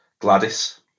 Gladys